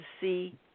see